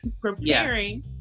preparing